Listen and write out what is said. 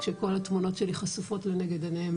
כשכל התמונות שלי חשופות לנגד עיניהם,